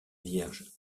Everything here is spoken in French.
vierge